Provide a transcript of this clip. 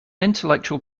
intellectual